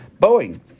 Boeing